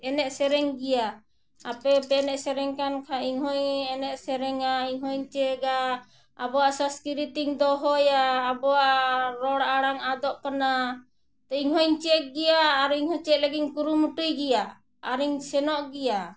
ᱮᱱᱮᱡ ᱥᱮᱨᱮᱧ ᱜᱮᱭᱟ ᱟᱯᱮ ᱯᱮ ᱮᱱᱮᱡ ᱥᱮᱨᱮᱧ ᱠᱟᱱ ᱠᱷᱟᱡ ᱤᱧ ᱦᱚᱸᱧ ᱮᱱᱮᱡ ᱥᱮᱨᱮᱧᱟ ᱤᱧ ᱦᱚᱸᱧ ᱪᱮᱫᱟ ᱟᱵᱚᱣᱟᱜ ᱥᱚᱥᱠᱨᱤᱛᱤᱧ ᱫᱚᱦᱚᱭᱟ ᱟᱵᱚᱣᱟᱜ ᱨᱚᱲ ᱟᱲᱟᱝ ᱟᱫᱚᱜ ᱠᱟᱱᱟ ᱛᱚ ᱤᱧ ᱦᱚᱧ ᱪᱮᱫ ᱜᱮᱭᱟ ᱟᱨ ᱤᱧ ᱦᱚᱸ ᱪᱮᱫ ᱞᱟᱹᱜᱤᱫ ᱤᱧ ᱠᱩᱨᱩᱢᱩᱴᱩᱭ ᱜᱮᱭᱟ ᱟᱨᱤᱧ ᱥᱮᱱᱚᱜ ᱜᱮᱭᱟ